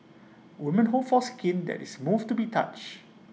women hope for skin that is move to be touch